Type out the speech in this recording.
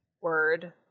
word